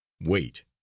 Wait